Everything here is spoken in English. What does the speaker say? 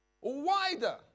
wider